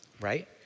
right